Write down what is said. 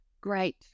Great